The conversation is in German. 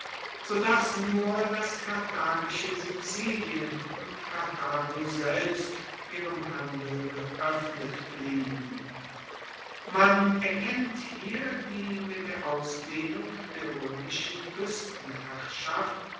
sodass nur das karthagische sizilien und karthago selbst ihrem handel geoeffnet blieben man erkennt hier die mit der ausdehnung der roemischen